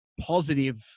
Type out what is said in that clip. positive